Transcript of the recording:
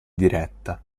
diretta